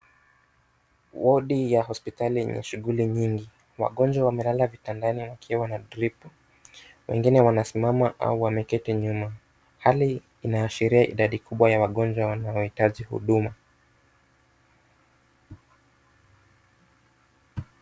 Wodi ya hospitalini yenye shughuli nyingi .Wagonjwa wamelala vitandani wakiwa na drip .Wengine wanasimama au wameketi nyuma. Hali inaashiria idadi kubwa ya wagonjwa wanaohitaji huduma.